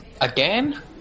Again